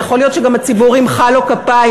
יכול להיות שגם הציבור ימחא עליו כפיים,